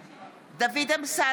(קוראת בשמות חברי הכנסת) דוד אמסלם,